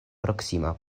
proksima